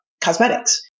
cosmetics